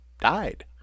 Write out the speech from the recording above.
died